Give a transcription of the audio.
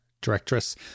directress